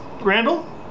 Randall